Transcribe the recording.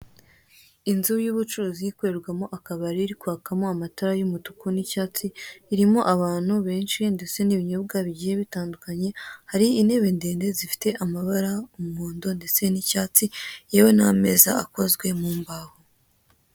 Inzu y'ubucuruzi ikorerwamo akabari iri kwakamo amatara y'umutuku n'icyatsi irimo abantu benshi ndetse n'ibinyobwa bigiye bitandukanye hari intebe ndende zifite amabara umuhondo ndetse n'icyatsi yewe n'ameza akoze mu mbaho.